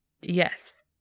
Yes